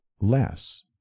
less